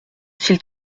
s’il